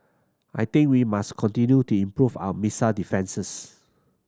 I think we must continue to improve our missile defences